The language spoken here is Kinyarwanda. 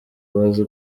bazi